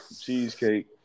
Cheesecake